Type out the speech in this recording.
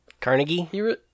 Carnegie